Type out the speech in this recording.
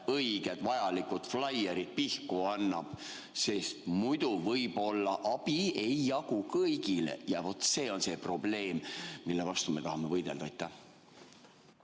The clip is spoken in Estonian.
õiged vajalikud flaierid pihku annab. Sest muidu võib-olla abi ei jagu kõigile. Ja vaat see on see probleem, mille vastu me tahame võidelda.